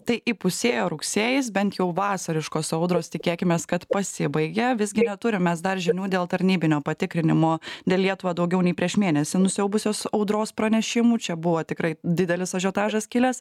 tai įpusėjo rugsėjis bent jau vasariškos audros tikėkimės kad pasibaigė visgi turim mes dar žinių dėl tarnybinio patikrinimo dėl lietuvą daugiau nei prieš mėnesį nusiaubusios audros pranešimų čia buvo tikrai didelis ažiotažas kilęs